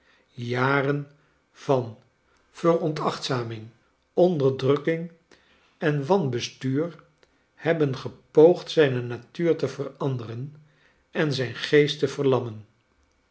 jaren van veronachtzaming onderdrukking en wanbestuur hebben gepoogd zijne natuur te veranderen en zijn geest te verlammen